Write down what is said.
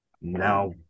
now